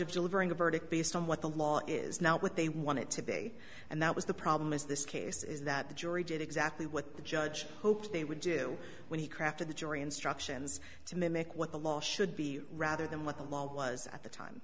of delivering a verdict based on what the law is now what they want it to be and that was the problem is this case is that the jury did exactly what the judge hoped they would do when he crafted the jury instructions to mimic what the law should be rather than what the law was at the time